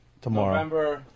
Tomorrow